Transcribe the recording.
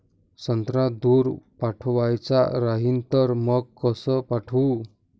संत्रा दूर पाठवायचा राहिन तर मंग कस पाठवू?